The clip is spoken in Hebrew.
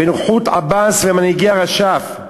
בנוכחות עבאס ומנהיגי הרש"פ: